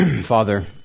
Father